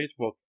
Facebook